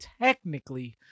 technically